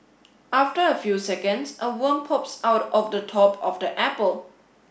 after a few seconds a worm pops out of the top of the apple